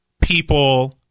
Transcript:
people